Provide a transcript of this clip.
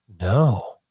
No